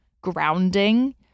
grounding